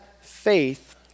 faith